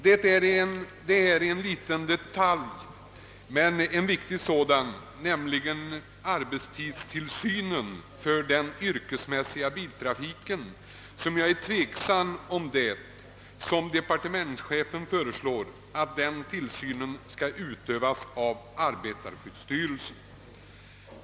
Det är till en liten detalj — men en viktig sådan — nämligen huruvida arbetstidstillsynen för den yrkesmässiga biltrafiken såsom departementschefen föreslår skall utövas av arbetarskyddsstyrelsen, som jag ställer mig tveksam.